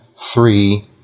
three